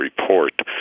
Report